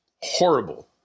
Horrible